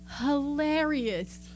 hilarious